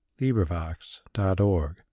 LibriVox.org